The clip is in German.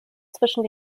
zwischen